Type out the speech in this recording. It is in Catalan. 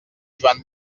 joan